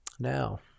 now